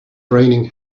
raining